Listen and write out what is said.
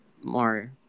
more